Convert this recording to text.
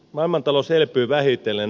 maailmantalous elpyy vähitellen